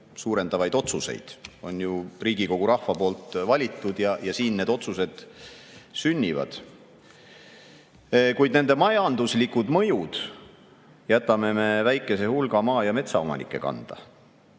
suurendavaid otsuseid – on ju Riigikogu rahva poolt valitud ja siin need otsused sünnivad –, kuid nende majanduslikud mõjud jätame väikese hulga maa- ja metsaomanike kanda.